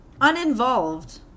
Uninvolved